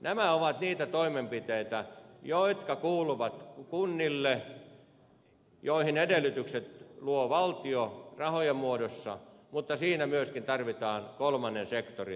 nämä ovat niitä toimenpiteitä jotka kuuluvat kunnille ja joihin edellytykset luo valtio rahojen muodossa mutta siinä myöskin tarvitaan kolmannen sektorin toimintaa